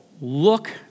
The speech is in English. look